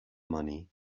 money